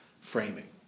framing